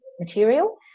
material